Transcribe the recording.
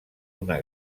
una